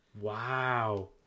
wow